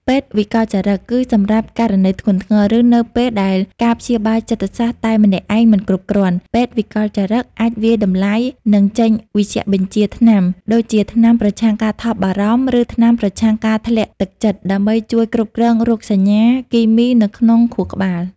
ពេទ្យវិកលចរិត គឺសម្រាប់ករណីធ្ងន់ធ្ងរ ឬនៅពេលដែលការព្យាបាលចិត្តសាស្ត្រតែម្នាក់ឯងមិនគ្រប់គ្រាន់ ពេទ្យវិកលចរិតអាចវាយតម្លៃ និងចេញវេជ្ជបញ្ជាថ្នាំ ដូចជាថ្នាំប្រឆាំងការថប់បារម្ភ ឬថ្នាំប្រឆាំងការធ្លាក់ទឹកចិត្ត ដើម្បីជួយគ្រប់គ្រងរោគសញ្ញា គីមីនៅក្នុងខួរក្បាល។